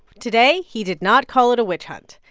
today he did not call it a witch hunt.